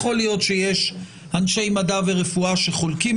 יכול להיות שיש אנשי מדע ורפואה שחולקים